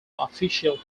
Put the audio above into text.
official